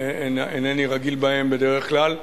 שאינני רגיל בהם בדרך כלל,